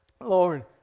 Lord